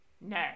No